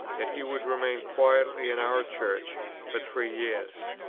that he would remain quietly in our church for three years.